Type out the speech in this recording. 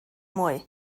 mwy